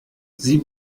sie